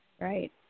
right